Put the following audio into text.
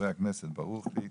אני